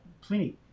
Pliny